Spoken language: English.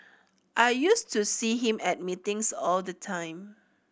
I used to see him at meetings all the time